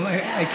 מה?